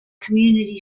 community